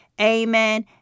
Amen